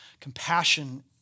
Compassion